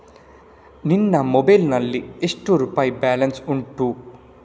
ನಿನ್ನ ಮೊಬೈಲ್ ನಲ್ಲಿ ಎಷ್ಟು ರುಪಾಯಿ ಬ್ಯಾಲೆನ್ಸ್ ಉಂಟು?